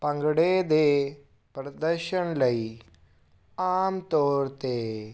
ਭੰਗੜੇ ਦੇ ਪ੍ਰਦਰਸ਼ਨ ਲਈ ਆਮ ਤੌਰ 'ਤੇ